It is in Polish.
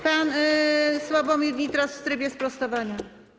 Pan Sławomir Nitras w trybie sprostowania.